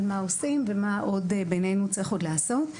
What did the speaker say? על מה עושים ומה בינינו צריך עוד לעשות.